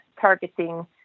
targeting